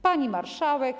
Pani Marszałek!